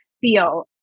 feel